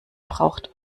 braucht